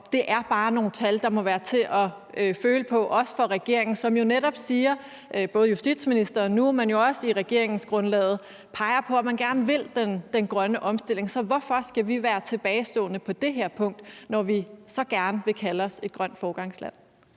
det er bare nogle tal, der må være til at tage at føle på, også for regeringen, som jo netop siger – det gør justitsministeren, og det peger man også på i regeringsgrundlaget – at man gerne vil den grønne omstilling. Hvorfor skal vi være tilbagestående på det her punkt, når vi så gerne vil kalde os et grønt foregangsland?